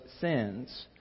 sins